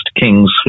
kings